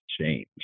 change